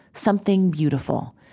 something beautiful.